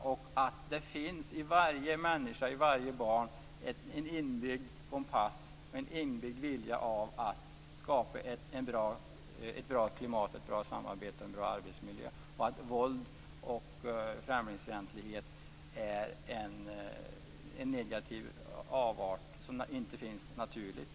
Jag tror att det i varje människa, i varje barn finns en inbyggd kompass och en inbyggd vilja att skapa ett bra klimat, ett bra samarbete och en bra arbetsmiljö. Jag tror att våld och främlingsfientlighet är en negativ avart som inte finns naturligt.